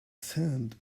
sand